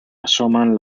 asoman